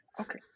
Okay